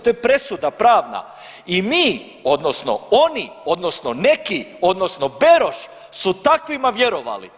To je presuda pravna i mi odnosno oni odnosno neki odnosno Beroš su takvima vjerovali.